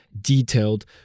detailed